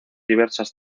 diversas